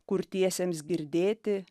kurtiesiems girdėti